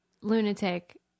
lunatic